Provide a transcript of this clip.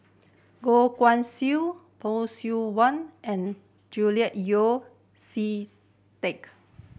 Goh Guan Siew Phay Seng Whatt and Julian Yeo See Teck